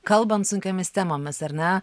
kalbant sunkiomis temomis ar ne